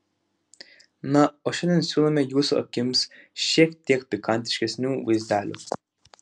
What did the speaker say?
na o šiandien siūlome jūsų akims šiek tiek pikantiškesnių vaizdelių